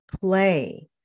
play